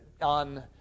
on